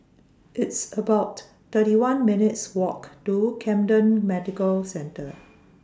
It's about thirty one minutes' Walk to Camden Medical Centre